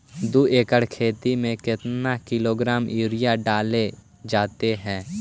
दू एकड़ खेत में कितने किलोग्राम यूरिया डाले जाते हैं?